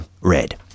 red